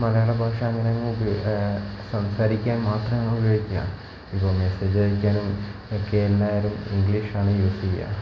മലയാള ഭാഷ അങ്ങനങ്ങ് സംസാരിക്കാൻ മാത്രമാണ് ഉപയോഗിക്കുക ഇപ്പം മെസ്സേജയക്കാനും ഒക്കെ എല്ലാവരും ഇംഗ്ലീഷാണ് യൂസ് ചെയ്യുക